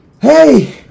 Hey